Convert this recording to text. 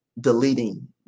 deleting